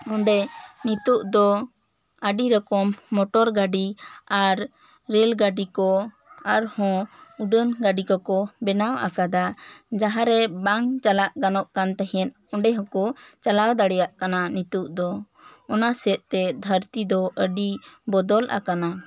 ᱚᱸᱰᱮ ᱱᱤᱛᱚᱜ ᱫᱚ ᱟᱹᱰᱤ ᱨᱚᱠᱚᱢ ᱢᱚᱴᱚᱨ ᱜᱟᱹᱰᱤ ᱟᱨ ᱨᱮᱞ ᱜᱟᱹᱰᱤ ᱠᱚ ᱟᱨ ᱦᱚᱸ ᱩᱰᱟᱹᱱ ᱜᱟᱹᱰᱤ ᱠᱚᱠᱚ ᱵᱮᱱᱟᱣ ᱟᱠᱟᱫᱟ ᱢᱟᱦᱟᱸ ᱨᱮ ᱵᱟᱝ ᱪᱟᱞᱟᱜ ᱜᱟᱱᱚᱜ ᱠᱟᱱ ᱛᱟᱦᱮᱱ ᱚᱸᱰᱮ ᱦᱚᱸᱠᱚ ᱪᱟᱞᱟᱣ ᱫᱟᱲᱮᱭᱟᱜ ᱠᱟᱱᱟ ᱱᱤᱛᱚᱜ ᱫᱚ ᱚᱱᱟ ᱥᱮᱫ ᱛᱮ ᱫᱷᱟᱹᱨᱛᱤ ᱫᱚ ᱟᱹᱰᱤ ᱵᱚᱫᱚᱞ ᱟᱠᱟᱱᱟ